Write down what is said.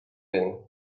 داریم